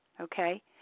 okay